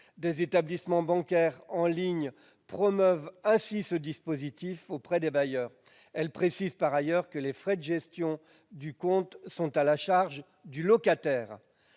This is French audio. des établissements bancaires en ligne promouvant ainsi ce dispositif auprès des bailleurs. Elles précisent, par ailleurs, que les frais de gestion du compte sont à la charge du locataire.